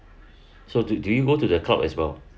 so do you do you go to the club as well